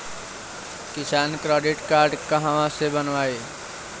किसान credit card कहवा से बनवाई?